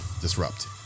disrupt